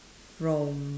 from